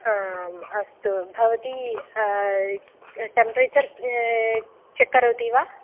आम् अस्तु भवती टेम्परेचर् चेक् करोति वा